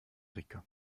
rica